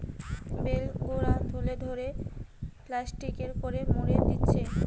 bell গুলা ধরে ধরে প্লাস্টিকে করে মুড়ে দিচ্ছে